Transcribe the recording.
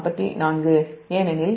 u ஏனெனில் Va1 Va2 Va0 0